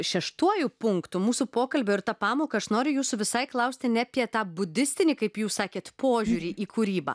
šeštuoju punktu mūsų pokalbio ir tą pamoką aš noriu jūsų visai klausti ne apie tą budistinį kaip jūs sakėt požiūrį į kūrybą